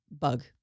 bug